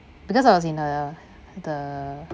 because I was in the the